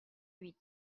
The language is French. huit